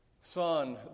son